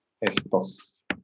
estos